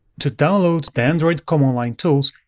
to download the android command line tools,